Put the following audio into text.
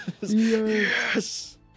yes